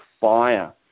fire